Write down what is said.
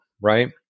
right